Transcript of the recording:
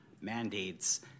mandates